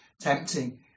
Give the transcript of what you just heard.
Tempting